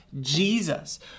Jesus